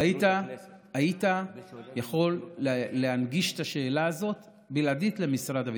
היית יכול להנגיש את השאלה הזאת בלעדית למשרד הביטחון.